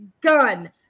gun